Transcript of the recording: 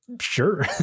Sure